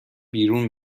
بیرون